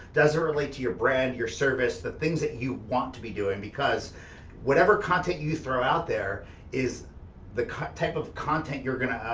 does it relate to your brand, your service, the things that you want to be doing? because whatever content you throw out there is the type of content you're gonna,